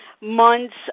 months